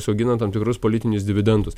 užsiaugina tam tikrus politinius dividendus